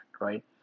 right